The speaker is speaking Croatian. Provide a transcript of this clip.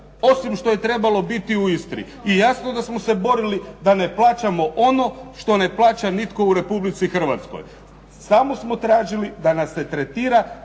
osim što je trebalo biti u Istri. I jasno da smo se borili da ne plaćamo ono što ne plaća nitko u Republici Hrvatskoj. Samo smo tražili da nas se tretira